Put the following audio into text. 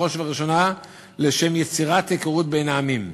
בראש ובראשונה לשם יצירת היכרות בין העמים.